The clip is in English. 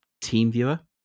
TeamViewer